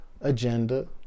agenda